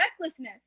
recklessness